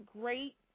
Great